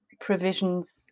provisions